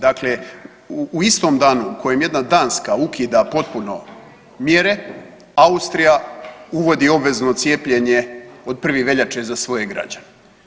Dakle, u istom danu u kojem jedna Danska ukida potpuno mjere, Austrija uvodi obvezno cijepljenje od 1. veljače za svoje građane.